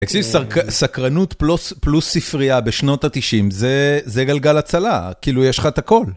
אצלי סקרנות פלוס ספרייה בשנות ה-90, זה גלגל הצלה, כאילו יש לך את הכול.